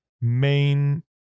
main